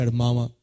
mama